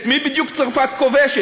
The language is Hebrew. את מי בדיוק צרפת כובשת?